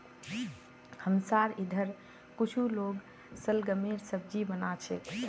हमसार इधर कुछू लोग शलगमेर सब्जी बना छेक